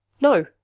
No